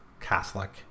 Catholic